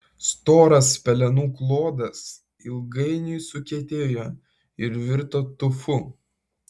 storas pelenų klodas ilgainiui sukietėjo ir virto tufu